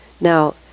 Now